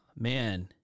man